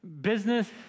business